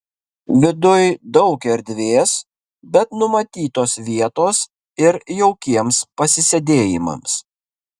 viduj daug erdvės bet numatytos vietos ir jaukiems pasisėdėjimams